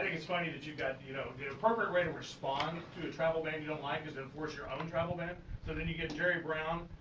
it's funny that you got, you know, the appropriate way to respond to a travel ban you don't like is to enforce your own travel ban, so then you get jerry brown.